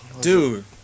Dude